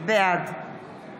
בעד